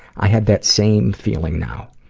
i had that same feeling now.